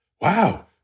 wow